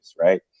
right